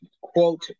quote